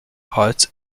hearts